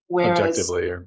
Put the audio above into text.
Objectively